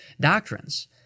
doctrines